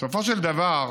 בסופו של דבר,